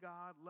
God